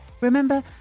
Remember